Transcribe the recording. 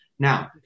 Now